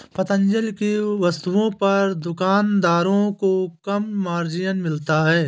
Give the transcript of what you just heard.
पतंजलि की वस्तुओं पर दुकानदारों को कम मार्जिन मिलता है